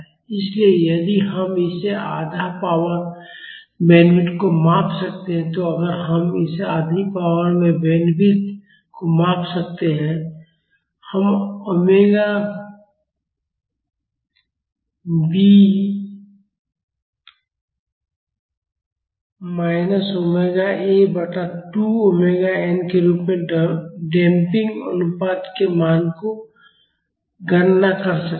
इसलिए यदि हम इस आधे पावर बैंडविड्थ को माप सकते हैं तो अगर हम इस आधी पावर बैंडविड्थ को माप सकते हैं हम omega B minus omega A बटा 2 ओमेगा n के रूप में डंपिंग अनुपात के मान की गणना कर सकते हैं